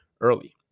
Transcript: early